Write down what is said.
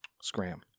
Scram